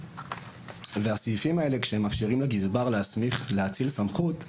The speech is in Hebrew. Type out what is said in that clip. כשהסעיפים האלה מאפשרים לגזבר להאציל סמכות,